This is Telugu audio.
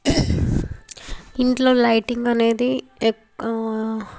ఇంట్లో లైటింగ్ అనేది ఎక్కు